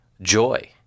Joy